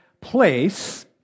place